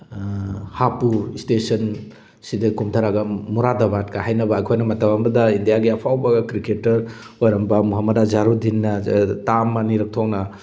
ꯍꯥꯞꯄꯨꯔ ꯏꯁꯇꯦꯁꯟꯁꯤꯗ ꯀꯨꯝꯊꯔꯒ ꯃꯨꯔꯥꯗꯕꯥꯗ ꯀꯥꯏꯅ ꯍꯥꯏꯅꯕ ꯑꯩꯈꯣꯏꯅ ꯃꯇꯝ ꯑꯃꯗ ꯏꯟꯗꯤꯌꯥꯒꯤ ꯑꯐꯥꯎꯕ ꯀ꯭ꯔꯤꯀꯦꯇꯔ ꯑꯣꯏꯔꯝꯕ ꯃꯨꯍꯃꯗ ꯑꯖꯥꯔꯨꯗꯤꯟꯅ ꯇꯥꯔꯝ ꯑꯅꯤꯔꯛ ꯊꯣꯛꯅ